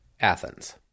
Athens